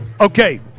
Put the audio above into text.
Okay